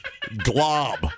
glob